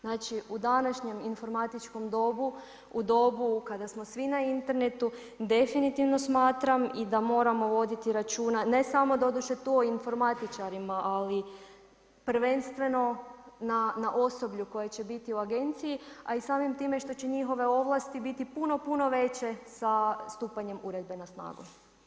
Znači u današnjem informatičkom dobu u dobu kada smo svi na internetu, definitivno smatram i da moramo voditi računa ne samo doduše o informatičarima, ali prvenstveno na osoblju koje će biti u agenciji, a i samim time što će njihove ovlasti biti puno, puno veće sa stupanjem uredbe na snagu.